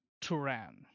Turan